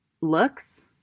looks